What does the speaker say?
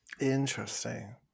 Interesting